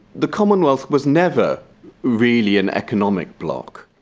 the commonwealth was never really an economic bloc.